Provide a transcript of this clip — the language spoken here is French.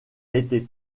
été